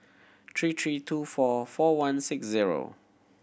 three three two four four one six zero